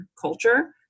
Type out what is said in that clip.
culture